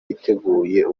bategura